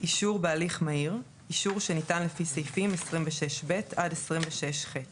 "אישור בהליך מהיר" אישור שניתן לפי סעיפים 26ב עד 26ח,